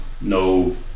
no